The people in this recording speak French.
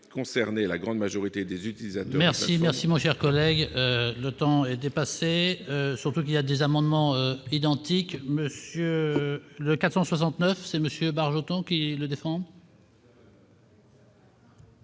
concerner la grande majorité des utilisateurs de plateformes